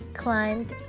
climbed